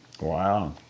Wow